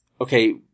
okay